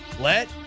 let